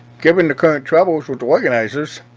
given the current troubles with the organizers,